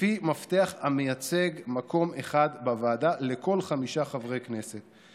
לפי מפתח המייצג מקום אחד בוועדה לכל חמישה חברי כנסת,